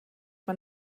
man